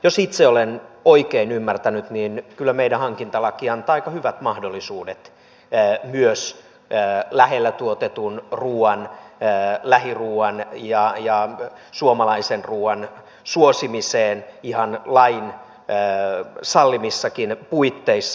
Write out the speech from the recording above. jos itse olen oikein ymmärtänyt niin kyllä meidän hankintalaki antaa aika hyvät mahdollisuudet myös lähellä tuotetun ruoan lähiruoan ja suomalaisen ruoan suosimiseen ihan lain sallimissakin puitteissa